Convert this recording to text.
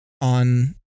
on